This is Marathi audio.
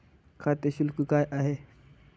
खाते शुल्क काय आहे?